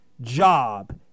job